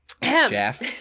jeff